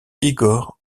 igor